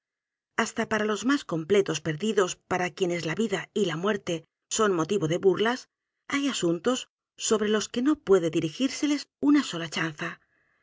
hasta para los más completos perdidos p a r a quienes la vida y l a m u e r t e son motivo de burlas hay asuntos sobre los que no puede dirigírseles una sola chanza